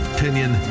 Opinion